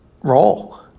role